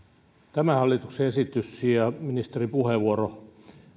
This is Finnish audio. tämä hallituksen esitys ja ministerin puheenvuoro